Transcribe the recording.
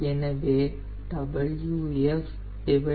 எனவே 1 0